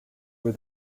were